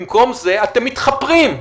במקום זה אתם מתחפרים.